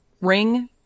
ring